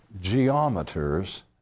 geometers